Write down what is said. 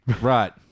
right